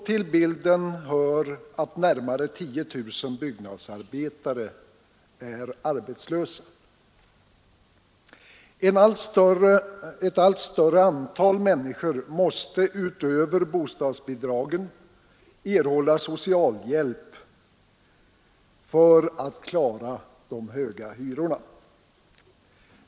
Till bilden hör att närmare 10 000 byggnadsarbetare är arbetslösa. Ett allt större antal människor måste utöver bostadsbidragen erhålla socialhjälp för att klara de höga hyrorna.